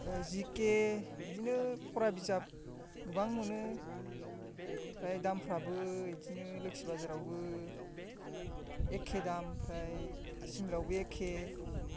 जि के बिदिनो फरा बिजाब गोबां मोनो ओमफ्राय दामफोराबो बिदिनो लोखि बाजारावबो एखे दाम ओमफ्राय सिमलायावबो एखे